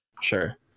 Sure